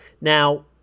Now